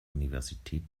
universität